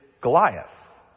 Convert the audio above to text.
Goliath